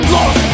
Lost